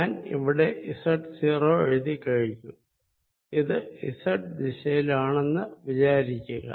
ഞാൻ ഇവിടെ Z0 എഴുതിക്കഴിഞ്ഞു ഇത് z ദിശയിലാണെന്ന് വിചാരിക്കുക